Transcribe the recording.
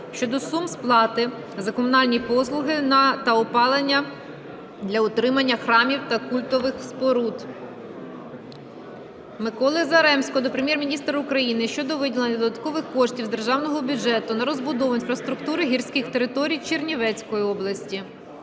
щодо сум сплати за комунальні послуги та опалення для утримання храмів та культових споруд. Максима Заремського до Прем'єр-міністра України щодо виділення додаткових коштів з державного бюджету на розбудову інфраструктури гірських територій Чернівецької області.